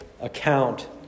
account